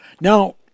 Now